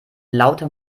lauter